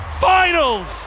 finals